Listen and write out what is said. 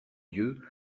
dieu